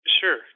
Sure